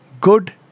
good